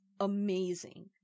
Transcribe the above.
amazing